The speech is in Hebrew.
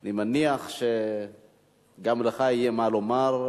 אני מניח שגם לך יהיה מה לומר,